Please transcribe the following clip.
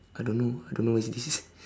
I don't know I don't know what is this